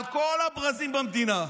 על כל הברזים במדינה,